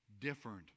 different